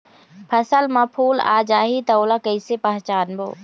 फसल म फूल आ जाही त ओला कइसे पहचानबो?